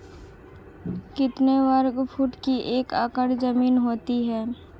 कितने वर्ग फुट की एक एकड़ ज़मीन होती है?